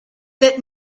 that